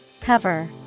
Cover